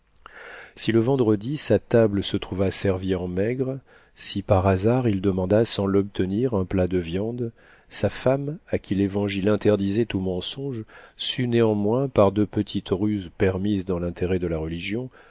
si le vendredi sa table se trouva servie en maigre si par hasard il demanda sans l'obtenir un plat de viande sa femme à qui l'évangile interdisait tout mensonge sut néanmoins par de petites ruses permises dans l'intérêt de la religion